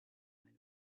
nile